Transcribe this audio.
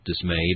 dismayed